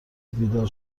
بیدار